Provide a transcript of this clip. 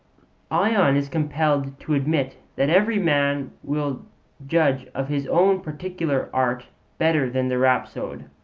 ion is compelled to admit that every man will judge of his own particular art better than the rhapsode.